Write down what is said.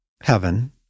heaven